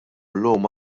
llum